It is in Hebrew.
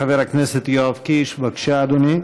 חבר הכנסת יואב קיש, בבקשה, אדוני.